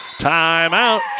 Timeout